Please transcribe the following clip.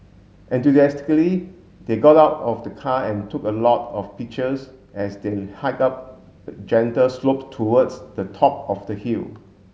enthusiastically they got out of the car and took a lot of pictures as they hiked up the gentle slope towards the top of the hill